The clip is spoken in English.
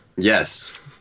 Yes